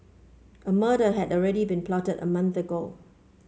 a murder had already been plotted a month ago